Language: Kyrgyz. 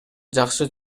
жакшы